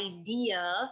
idea